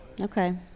Okay